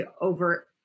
over